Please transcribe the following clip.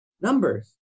Numbers